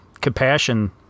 compassion